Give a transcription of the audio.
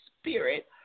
Spirit